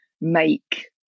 make